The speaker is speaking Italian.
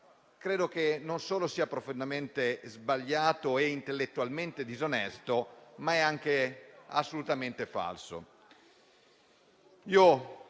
credo che non solo sia profondamente sbagliato e intellettualmente disonesto, ma sia anche assolutamente falso.